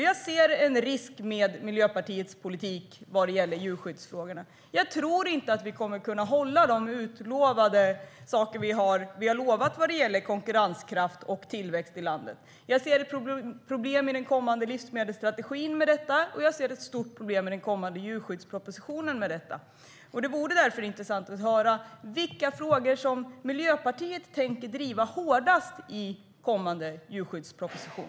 Jag ser en risk med Miljöpartiets politik för djurskyddsfrågorna. Jag tror inte att vi kommer att kunna hålla det som utlovats i fråga om konkurrenskraft och tillväxt i landet. Jag ser problem med detta den i kommande livsmedelsstrategin, och jag ser ett stort problem med detta i den kommande djurskyddspropositionen. Det vore därför intressant att få höra vilka frågor Miljöpartiet tänker driva hårdast i kommande djurskyddsproposition.